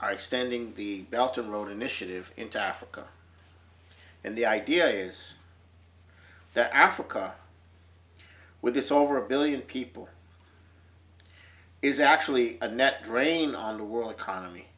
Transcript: extending the belgium own initiative into africa and the idea is that africa with this over a billion people is actually a net drain on the world economy